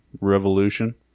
revolution